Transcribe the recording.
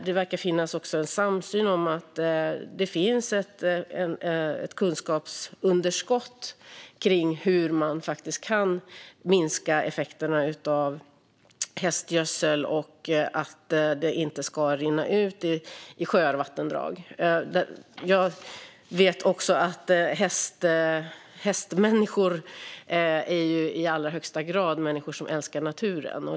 Det verkar också finnas en samsyn om att det finns ett kunskapsunderskott om hur man kan minska effekterna av hästgödsel så att det inte ska rinna ut i sjöar och vattendrag. Jag vet också att hästmänniskor i allra högsta grad är människor som älskar naturen.